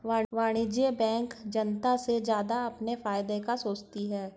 वाणिज्यिक बैंक जनता से ज्यादा अपने फायदे का सोचती है